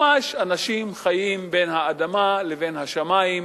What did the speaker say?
ממש אנשים חיים בין האדמה לבין השמים,